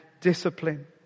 discipline